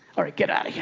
all right, get out yeah